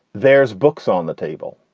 there's books on the table.